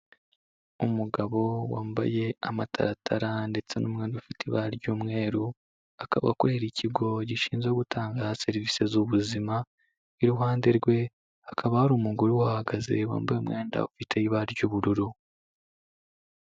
Umugabo wambaye amataratara ndetse n'umwenda ufite ibara ry'umweru, akaba akorera ikigo gishinzwe gutanga serivise z'ubuzima, iruhande rwe, hakaba hari umugore uhahagaze wambaye umwenda ufite ibara ry'ubururu.